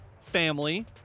family